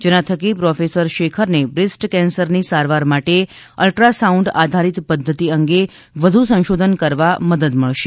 જેના થકી પ્રોફેસર શેખરને બ્રેસ્ટ કેન્સરની સારવાર માટે અલ્ટ્રા સાઉન્ડ આધારિત પદ્ધતિ અંગે વધુ સંશોધન કરવા મદદ મળશે